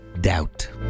Doubt